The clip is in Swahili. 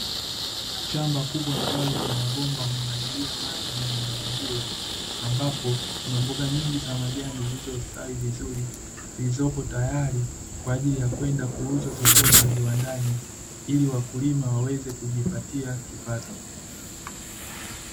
Shamba kubwa ambalo kuna mabomba ya kumwagilia maji mimea hiyo, ambapo kuna mboga nyingi za majani zilizostawi vizuri, zilizopo tayari kwa ajili ya kwenda kuuzwa sokoni na viwandani, ili wakulima waweze kujipatia kipato.